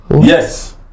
Yes